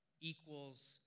equals